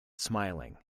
smiling